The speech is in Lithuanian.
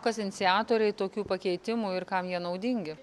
kas iniciatoriai tokių pakeitimų ir kam jie naudingi